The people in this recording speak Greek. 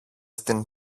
στην